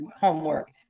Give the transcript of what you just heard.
homework